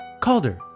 Calder